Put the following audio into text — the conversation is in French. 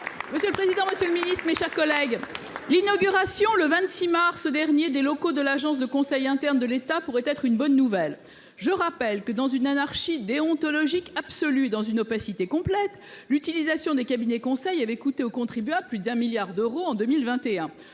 fonction publiques. Monsieur le ministre, l’inauguration, le 26 mars dernier, des locaux de l’agence de conseil interne de l’État pourrait être une bonne nouvelle. Je rappelle que, dans une anarchie déontologique absolue et une opacité complète, l’utilisation de cabinets de conseil avait coûté au contribuable plus de 1 milliard d’euros en 2021.